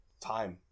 time